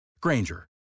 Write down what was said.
Granger